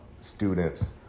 students